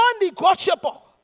unnegotiable